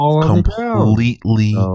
completely